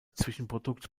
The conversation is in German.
zwischenprodukt